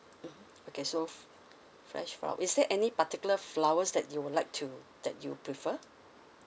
mm okay so fresh flower is there any particular flowers that you would like to that you prefer